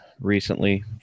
recently